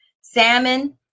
salmon